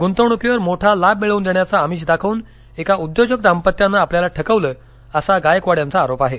गुंतवणुकीवर मोठा लाभ मिळवून देण्याचं आमिष दाखवून एका उद्योजक दांपत्यानं आपल्याला ठकवलं असा गायकवाड यांचा आरोप आहे